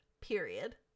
period